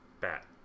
bat